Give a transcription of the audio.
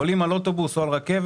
עולים על אוטובוס או רכבת,